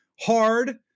hard